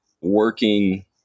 working